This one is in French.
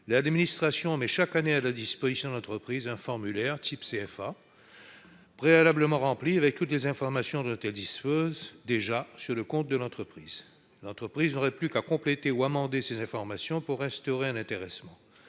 l'administration met chaque année à la disposition de l'entreprise un formulaire de type Cerfa, préalablement rempli avec toutes les informations dont elle dispose déjà sur le compte de l'entreprise. L'entreprise n'aurait plus qu'à compléter ou amender ces informations pour instaurer un intéressement.